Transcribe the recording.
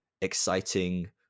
exciting